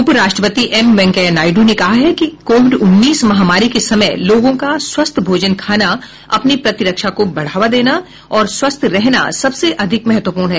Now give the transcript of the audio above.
उपराष्ट्रपति एम वेंकैया नायडू ने कहा है कि कोविड उन्नीस महामारी के समय लोगों का स्वस्थ भोजन खाना अपनी प्रतिरक्षा को बढ़ावा देना और स्वस्थ रहना सबसे अधिक महत्वपूर्ण है